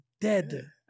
dead